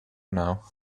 now